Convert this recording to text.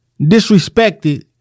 disrespected